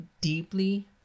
deeply